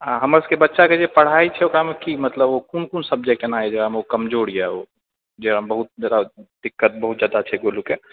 आ हमर सभक बच्चाके जे पढ़ाइ छै ओकरामऽ कि मतलब ओ कोन कोन सब्जेक्ट एना यऽ जकरामऽ ओ कमजोर यऽ ओ जेकरामऽ बहुत जादा दिक्कत बहुत जादा छै गोलूके